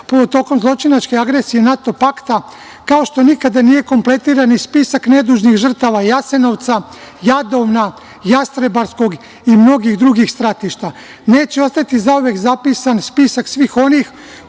tokom zločinačke agresije NATO pakta, kao što nikada nije kompletirani spisak nedužnih žrtava Jasenovca, Jadovna, Jastrebarskog i mnogih drugih stratišta, neće ostati zauvek zapisan spisak svih onih